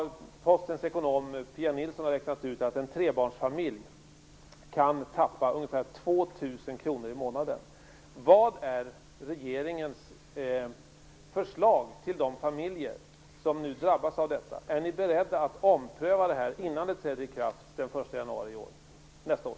Postens ekonom Pia Nilsson har räknat ut att en trebarnsfamilj kan tappa ungefär 2 000 kr i månaden. Vad är regeringens förslag till de familjer som nu drabbas av detta? Är ni beredda att ompröva detta innan det träder i kraft den 1 januari nästa år?